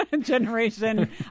generation